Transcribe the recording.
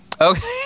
Okay